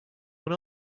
one